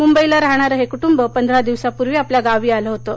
मुंबईला राहणारं हक्कुटुंब पंधरा दिवसांपूर्वी आपल्या गावी आलं होतं